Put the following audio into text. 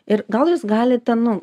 ir gal jūs galite nu